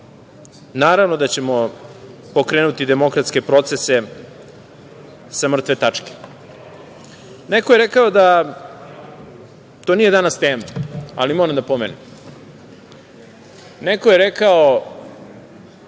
da ćemo pokrenuti demokratske procese sa mrtve tačke. Neko je rekao da to nije danas tema, ali moram da pomenem, neko je rekao,